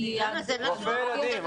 רופא ילדים.